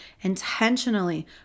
intentionally